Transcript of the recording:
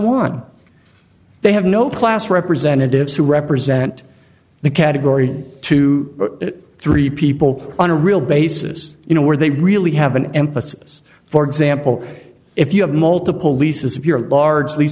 one they have no class representatives who represent the category two or three people on a real basis you know where they really have an emphasis for example if you have multiple leases